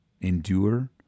endure